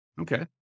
Okay